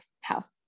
house